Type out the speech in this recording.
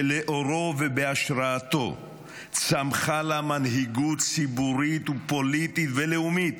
שלאורו ובהשראתו צמחה לה מנהיגות ציבורית ופוליטית ולאומית,